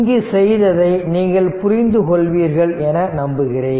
இங்கு செய்ததை நீங்கள் புரிந்து கொள்வீர்கள் என நம்புகிறேன்